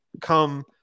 come